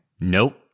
Nope